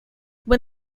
when